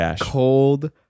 cold